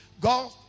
God